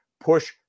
push